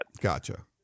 Gotcha